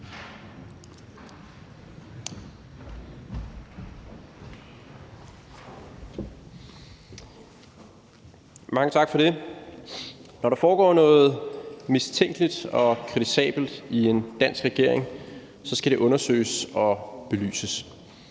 Mange tak for det. Når der foregår noget mistænkeligt og kritisabelt i en dansk regering, skal det undersøges og belyses.